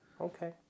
Okay